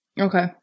Okay